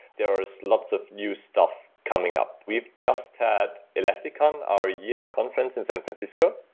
there are lots of new stuff coming up. we've just had elastic, um our yearly conference in san francisco,